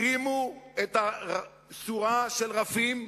הרימו שורה של רפים,